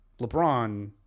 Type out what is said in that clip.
LeBron